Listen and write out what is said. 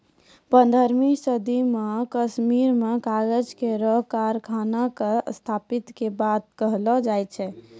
पन्द्रहवीं सदी म कश्मीर में कागज केरो कारखाना क स्थापना के बात कहलो जाय छै